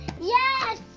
Yes